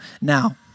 now